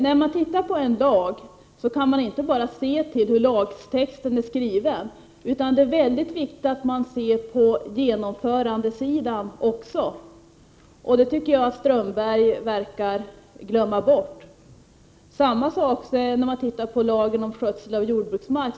När man ser över en lag kan man inte bara se på hur lagtexten är skriven — det är viktigt att man också ser på genomförandesidan. Det tycker jag att Håkan Strömberg verkar glömma bort. Samma sak gäller lagen om skötsel av jordbruksmark.